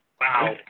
Wow